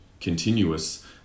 continuous